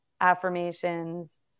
affirmations